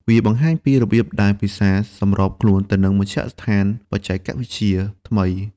វាបង្ហាញពីរបៀបដែលភាសាសម្របខ្លួនទៅនឹងមជ្ឈដ្ឋានបច្ចេកវិទ្យាថ្មី។